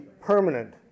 permanent